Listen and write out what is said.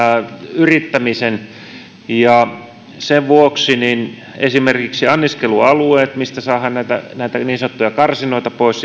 yrittämisen ja sen vuoksi pystytään vaikuttamaan esimerkiksi anniskelualueisiin joista saadaan näitä niin sanottuja karsinoita pois